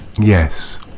Yes